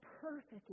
perfect